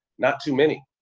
not too many.